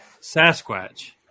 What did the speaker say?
sasquatch